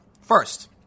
First